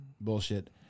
bullshit